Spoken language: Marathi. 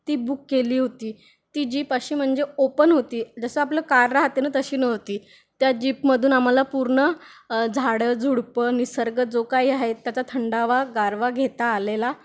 ती बुक केली होती ती जीप अशी म्हणजे ओपन होती जसं आपलं कार राहते ना तशी नव्हती त्या जीपमधून आम्हाला पूर्ण झाडं झुडपं निसर्ग जो काही आहेत त्याचा थंडावा गारवा घेता आलेला